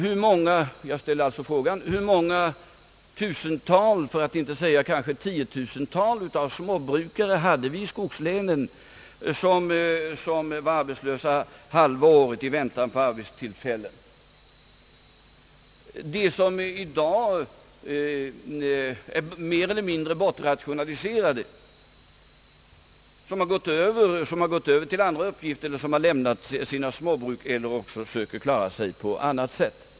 Hur många tusental för att inte säga tiotusental av småbrukare i skogslänen var inte arbetslösa halva året i väntan på arbetstillfällen då? Hur många av dem som i dag är mer eller mindre bortrationaliserade har inte gått över till andra uppgifter, lämnat sina småbruk eller sökt klara sig på annat sätt?